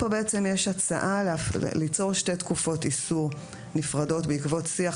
כאן יש הצעה ליצור שתי תקופות איסור נפרדות בעקבות שיח